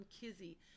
Kizzy